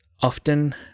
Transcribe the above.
often